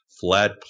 flat